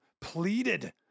pleaded